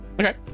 Okay